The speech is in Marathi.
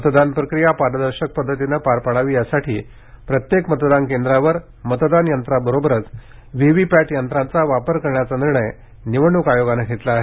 मतदान प्रक्रिया पारदर्शक पद्धतीनं पार पडावी यासाठी प्रत्येक मतदान केंद्रावर मतदान यंत्राबरोबरच व्ही व्ही पॅट यंत्रांचा वापर करण्याचा निर्णय निवडणूक आयोगानं घेतला आहे